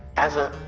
as a.